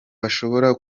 bashobora